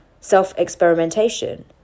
self-experimentation